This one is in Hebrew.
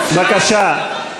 בבקשה,